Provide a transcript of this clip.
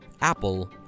Apple